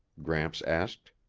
gramps asked.